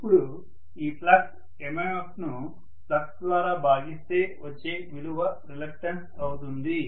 ఇప్పుడు ఈ flux MMF ను ఫ్లక్స్ ద్వారా భాగిస్తే వచ్చే విలువ రిలక్టన్స్ అవుతుంది